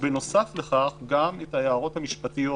ובנוסף לכך גם את ההערות המשפטיות